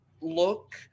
look